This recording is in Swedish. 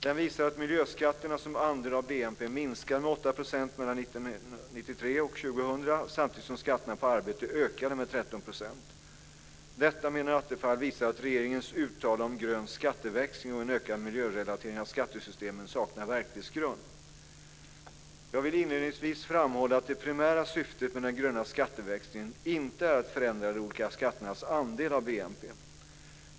Den visar att miljöskatterna som andel av BNP minskade med 8 % mellan 1993 och 2000 samtidigt som skatterna på arbete ökade med 13 %. Detta, menar Attefall, visar att regeringens uttalanden om grön skatteväxling och en ökad miljörelatering av skattesystemet saknar verklighetsgrund. Jag vill inledningsvis framhålla att det primära syftet med den gröna skatteväxlingen inte är att förändra de olika skatternas andel av BNP.